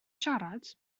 siarad